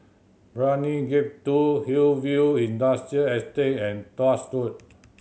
Brani Gate Two Hillview Industrial Estate and Tuas Road